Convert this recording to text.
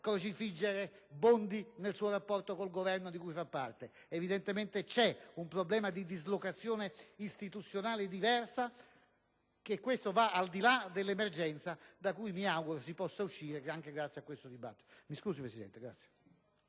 il ministro Bondi nel suo rapporto con il Governo di cui fa parte. Evidentemente, c'è un problema di dislocazione istituzionale diversa e questo va al di là dell'emergenza, da cui mi auguro si possa uscire grazie anche a questo dibattito. PRESIDENTE.